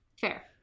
fair